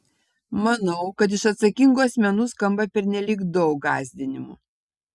manau kad iš atsakingų asmenų skamba pernelyg daug gąsdinimų